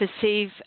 perceive